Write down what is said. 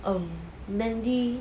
um mandy